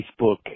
Facebook